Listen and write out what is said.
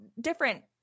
different